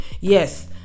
Yes